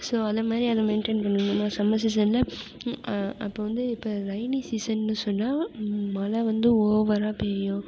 so அதை மாதிரி அதை மெயின்டெயின் பண்ணனும் அதுமாதிரி சம்மர் சீசனில் அப்போது வந்து இப்போ ரெய்னி சீசன்னு சொன்னால் மழை வந்து ஓவராக பெய்யும்